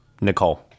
Nicole